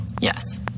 Yes